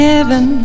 Heaven